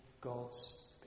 God's